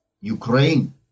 Ukraine